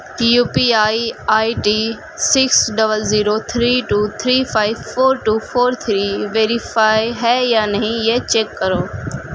P U P I I D six double zero three two three five four two four three verify ہے یا نہیں یہ check کرو